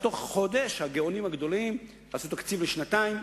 בתוך חודש הגאונים הגדולים עשו תקציב לשנתיים,